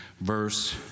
verse